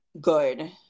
good